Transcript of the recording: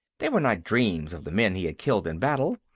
they were not dreams of the men he had killed in battle,